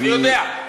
אני יודע.